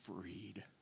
freed